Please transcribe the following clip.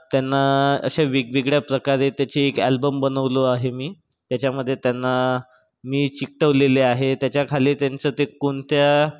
त्यांना अशा वेगवेगळ्या प्रकारे त्याची एक ॲल्बम बनवला आहे मी त्याच्यामध्ये त्यांना मी चिकटवलेले आहे त्याच्याखाली त्यांचं ते कोणत्या